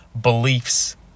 beliefs